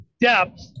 depth